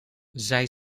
zij